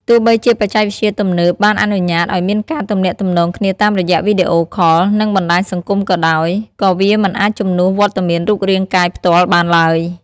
ទោះបីជាបច្ចេកវិទ្យាទំនើបបានអនុញ្ញាតឲ្យមានការទំនាក់ទំនងគ្នាតាមរយៈវីដេអូខល និងបណ្ដាញសង្គមក៏ដោយ ក៏វាមិនអាចជំនួសវត្តមានរូបរាងកាយផ្ទាល់បានឡើយ។